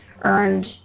earned